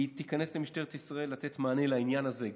היא תיכנס למשטרת ישראל לתת מענה לעניין הזה,